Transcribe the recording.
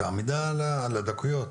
את העמידה על הדקויות.